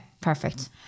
perfect